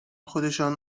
خودشان